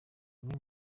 umwe